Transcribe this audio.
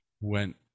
Went